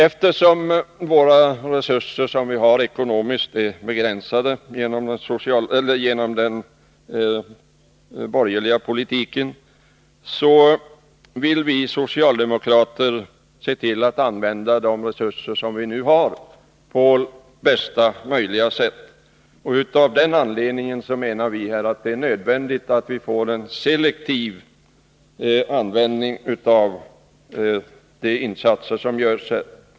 Eftersom våra ekonomiska resurser är begränsade genom den borgerliga politiken, vill vi socialdemokrater se till att de resurser som vi nu har används på bästa möjliga sätt. Av denna anledning menar vi att det är nödvändigt att man gör selektiva insatser.